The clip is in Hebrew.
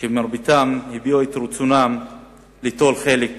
ומרביתן הביעו את רצונן ליטול חלק בו.